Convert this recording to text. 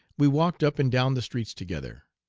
we walked up and down the streets together.